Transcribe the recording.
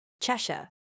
Cheshire